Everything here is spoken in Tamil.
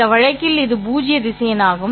இந்த வழக்கில் இது பூஜ்ய திசையன் ஆகும்